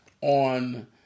on